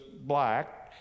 black